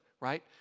right